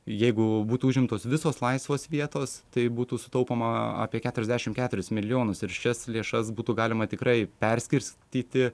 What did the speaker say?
jeigu būtų užimtos visos laisvos vietos tai būtų sutaupoma apie keturiasdešim keruris milijonus ir šias lėšas būtų galima tikrai perskirstyti